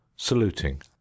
saluting